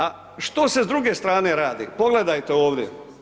A što se s druge strane radi pogledajte ovdje.